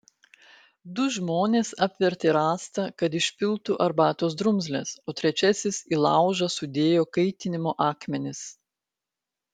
du žmonės apvertė rąstą kad išpiltų arbatos drumzles o trečiasis į laužą sudėjo kaitinimo akmenis